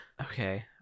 Okay